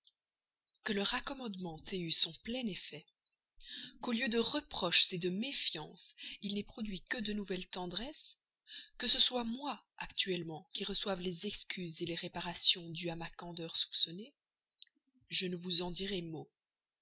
que le raccommodement ait eu son plein effet qu'au lieu de reproches de méfiance il n'ait produit que de nouvelles tendresses que ce soit moi actuellement qui reçoive les excuses les réparations dues à ma candeur soupçonnée je vous en dirai